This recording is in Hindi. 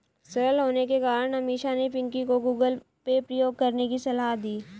सरल होने के कारण अमीषा ने पिंकी को गूगल पे प्रयोग करने की सलाह दी